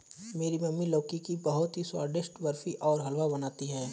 मेरी मम्मी लौकी की बहुत ही स्वादिष्ट बर्फी और हलवा बनाती है